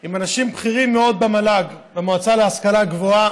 עם אנשים בכירים מאוד במל"ג, במועצה להשכלה גבוהה.